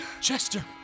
Chester